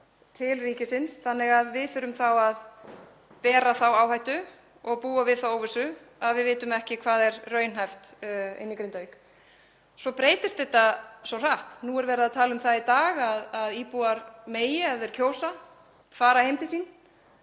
til ríkisins og við þurfum þá að bera þá áhættu og búa við þá óvissu að við vitum ekki hvað er raunhæft í Grindavík. Svo breytist þetta svo hratt. Nú er verið að tala um það í dag að íbúar megi ef þeir kjósa fara heim til sín.